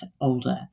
older